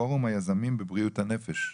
פורום היזמים בבריאות הנפש,